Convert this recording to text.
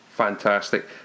Fantastic